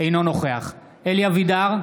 אינו נוכח אלי אבידר,